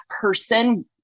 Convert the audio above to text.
person